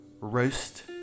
roast